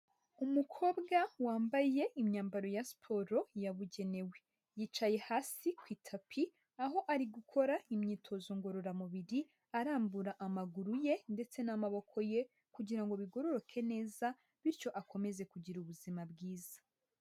Umukobwa wambaye imyambaro ya siporo, yabugenewe. Yicaye hasi ku itapi, aho ari gukora imyitozo ngororamubiri, arambura amaguru ye, ndetse n'amaboko ye, kugira ngo bigororoke neza, bityo akomeze kugira ubuzima bwiza.